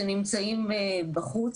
כשנמצאים בחוץ.